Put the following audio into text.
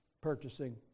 purchasing